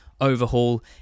overhaul